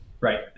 Right